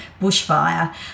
bushfire